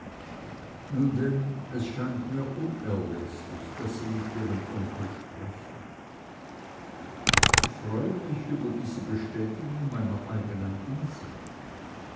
es scheint mir unerläßlich daß sie mit ihrem onkel sprechen ich freue mich dieser bestätigung meiner eignen ansicht